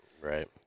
right